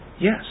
Yes